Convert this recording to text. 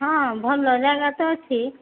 ହଁ ଭଲ ଜାଗା ତ ଅଛି